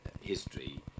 history